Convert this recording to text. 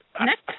Next